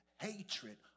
hatred